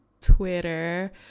Twitter